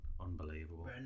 Unbelievable